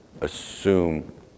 assume